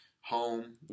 home